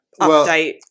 update